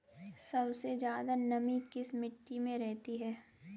सबसे ज्यादा नमी किस मिट्टी में रहती है?